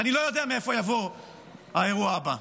ואני לא יודע מאיפה יבוא האירוע הבא.